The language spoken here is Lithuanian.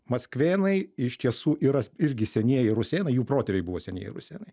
maskvėnai iš tiesų yra irgi senieji rusėnai jų protėviai buvo senieji rusėnai